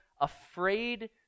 afraid